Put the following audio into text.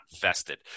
vested